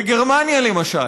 בגרמניה, למשל,